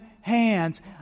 hands